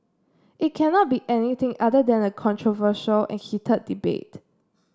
it cannot be anything other than a controversial and heated debate